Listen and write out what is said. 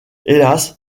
hélas